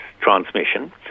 transmission